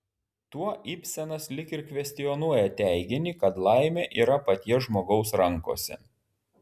tuo ibsenas lyg ir kvestionuoja teiginį kad laimė yra paties žmogaus rankose